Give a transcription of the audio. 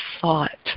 thought